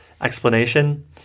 Explanation